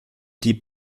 die